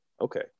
okay